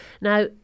Now